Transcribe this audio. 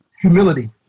Humility